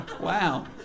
Wow